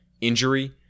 Injury